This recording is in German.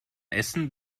essen